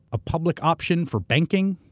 a public option for banking,